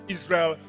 Israel